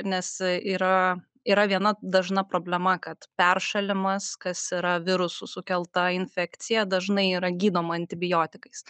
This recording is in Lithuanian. nes yra yra viena dažna problema kad peršalimas kas yra virusų sukelta infekcija dažnai yra gydoma antibiotikais